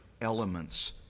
elements